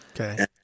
Okay